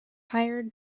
hired